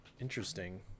interesting